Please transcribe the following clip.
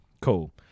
Cool